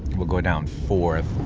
we'll go down fourth,